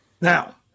Now